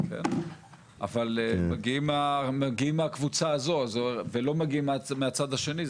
אבל מגיעים מהקבוצה הזו ולא מגיעים מהצד השני,